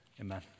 Amen